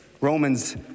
Romans